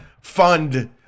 fund